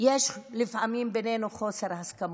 יש בינינו לפעמים חוסר הסכמות,